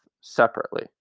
separately